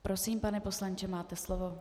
Prosím, pane poslanče, máte slovo.